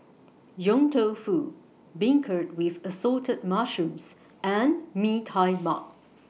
Yong Tau Foo Beancurd with Assorted Mushrooms and Mee Tai Mak